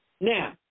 Now